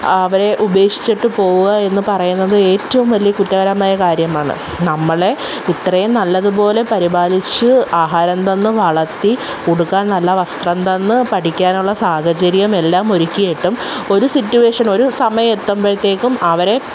അവരെ ഉപേക്ഷിച്ചിട്ട് പോവുക എന്ന് പറയുന്നത് ഏറ്റവും വലിയ കുറ്റകരമായ കാര്യമാണ് നമ്മളെ ഇത്രയും നല്ലതുപോലെ പരിപാലിച്ച് ആഹാരം തന്ന് വളർത്തി ഉടുക്കാൻ നല്ല വസ്ത്രം തന്ന് പഠിക്കാനുള്ള സാഹചര്യം എല്ലാം ഒരുക്കിയിട്ടും ഒരു സിറ്റുവേഷൻ ഒരു സമയം എത്തുമ്പോഴേക്കും അവരെ